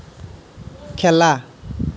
খেলা